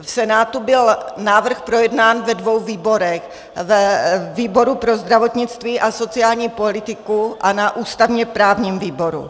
V Senátu byl návrh projednán ve dvou výborech, ve výboru pro zdravotnictví a sociální politiku a na ústavněprávním výboru.